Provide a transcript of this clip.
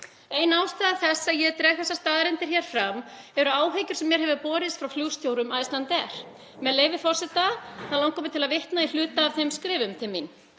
Ein ástæða þess að ég dreg þessar staðreyndir hér fram eru áhyggjur sem mér hafa borist frá flugstjórum Icelandair. Með leyfi forseta, langar mig til að vitna í hluta af þeim skrifum til mín: